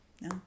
No